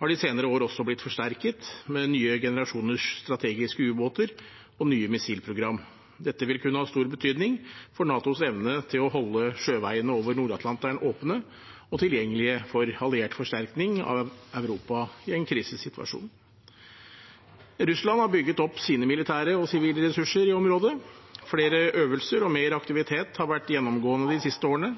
har de senere år også blitt forsterket med nye generasjoners strategiske ubåter og nye missilprogram. Dette vil kunne kan ha stor betydning for NATOs evne til å holde sjøveiene over Nord-Atlanteren åpne og tilgjengelige for alliert forsterkning av Europa i en krisesituasjon. Russland har bygget opp sine militære og sivile ressurser i området. Flere øvelser og mer aktivitet har vært gjennomgående de siste årene.